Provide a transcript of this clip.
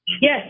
Yes